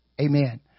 Amen